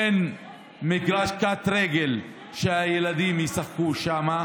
אין מגרש קט-רגל שהילדים ישחקו שם.